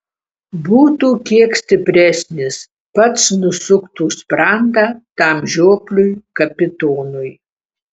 būtų kiek stipresnis pats nusuktų sprandą tam žiopliui kapitonui